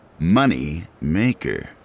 Moneymaker